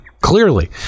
clearly